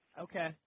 Okay